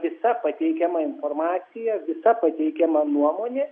visa pateikiama informacija visa pateikiama nuomonė